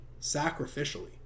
sacrificially